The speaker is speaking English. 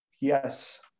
yes